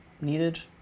needed